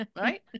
right